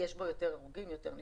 יש בו יותר הרוגים ויותר נפגעים.